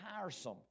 tiresome